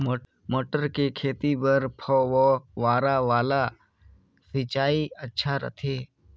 मटर के खेती बर फव्वारा वाला सिंचाई अच्छा रथे?